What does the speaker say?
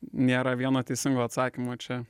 nėra vieno teisingo atsakymo čia